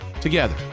together